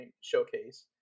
showcase